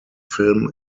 film